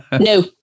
No